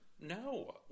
No